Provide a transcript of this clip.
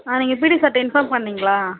ஆ நீங்கள் பிடி சார்கிட்ட இன்ஃபார்ம் பண்ணிணீங்களா